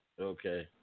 okay